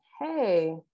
hey